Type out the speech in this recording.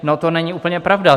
No to není úplně pravda.